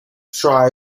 tried